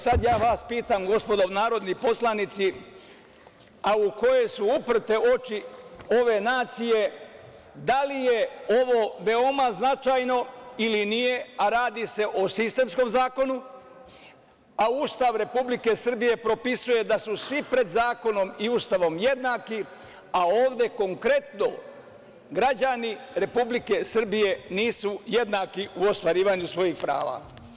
Sada vas pitam gospodo narodni poslanici, a u koje su uprte oči ove nacije – da li je ovo veoma značajno ili nije, a radi se o sistemskom zakonu, a Ustav Republike Srbije propisuje da su svi pred zakonom i Ustavom jednaki, a ovde konkretno građani Republike Srbije nisu jednaki u ostvarivanju svojih prava.